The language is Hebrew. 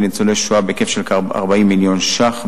לניצולי השואה בהיקף של כ-40 מיליון שקלים,